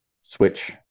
switch